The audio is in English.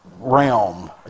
realm